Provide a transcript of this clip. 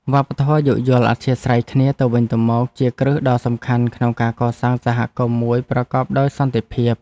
វប្បធម៌យោគយល់អធ្យាស្រ័យគ្នាទៅវិញទៅមកជាគ្រឹះដ៏សំខាន់ក្នុងការកសាងសហគមន៍មួយប្រកបដោយសន្តិភាព។